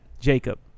Jacob